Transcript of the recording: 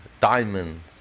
diamonds